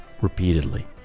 repeatedly